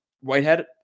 Whitehead